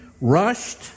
rushed